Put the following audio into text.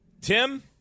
Tim